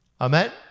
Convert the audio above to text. Amen